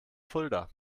fulda